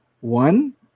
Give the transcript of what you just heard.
One